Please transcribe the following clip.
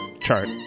chart